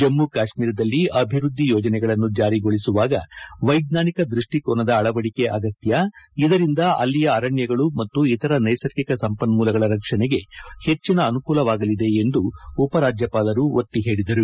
ಜಮ್ಮು ಕಾಶ್ಮೀರದಲ್ಲಿ ಅಭಿವೃದ್ದಿ ಯೋಜನೆಗಳನ್ನು ಜಾರಿಗೊಳಿಸುವಾಗ ವೈಜ್ಞಾನಿಕ ದೃಷ್ಟಿಕೋನದ ಅಳವಡಿಕೆ ಅಗತ್ಯ ಇದರಿಂದ ಅಲ್ಲಿಯ ಅರಣ್ಯಗಳು ಮತ್ತು ಇತರ ನ್ವೆಸರ್ಗಿಕ ಸಂಪನ್ಮೂಲಗಳ ರಕ್ಷಣೆಗೆ ಹೆಚ್ಚಿನ ಅನುಕೂಲವಾಗಲಿದೆ ಎಂದು ಉಪರಾಜ್ಯಪಾಲರು ಒತ್ತಿ ಹೇಳಿದರು